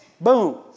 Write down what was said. Boom